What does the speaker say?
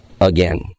again